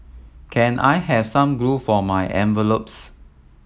can I have some glue for my envelopes